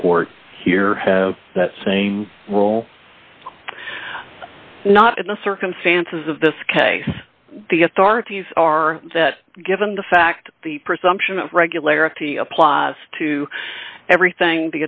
record here have that same role not in the circumstances of this case the authorities are that given the fact the presumption of regularity applies to everything